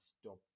Stop